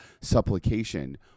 supplication